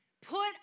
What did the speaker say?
Put